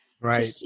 Right